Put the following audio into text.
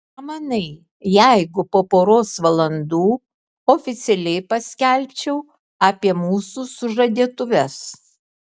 ką manai jeigu po poros valandų oficialiai paskelbčiau apie mūsų sužadėtuves